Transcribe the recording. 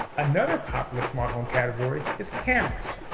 another popular smart home category is cameras.